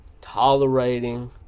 tolerating